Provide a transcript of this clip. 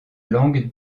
langue